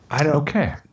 Okay